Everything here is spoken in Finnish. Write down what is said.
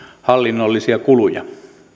hallinnollisia kuluja